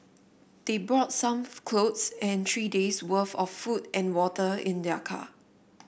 they brought some clothes and three days worth of food and water in their car